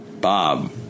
Bob